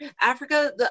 Africa